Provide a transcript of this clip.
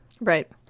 Right